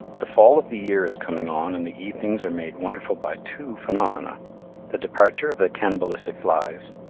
the fall of the year is coming on and the evenings are made wonderful by two phenomena the departure of the cannibalistic flies,